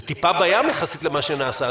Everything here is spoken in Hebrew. זה טיפה בים יחסית למה שנעשה.